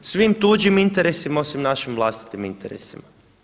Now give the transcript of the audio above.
Svim tuđim interesima osim našim vlastitim interesima.